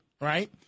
right